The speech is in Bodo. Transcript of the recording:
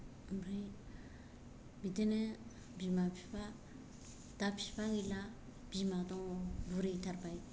ओमफ्राय बिदिनो बिमा बिफा दा बिफा गैला बिमा दङ बुरैथारबाय